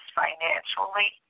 financially